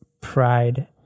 pride